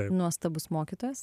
nuostabus mokytojas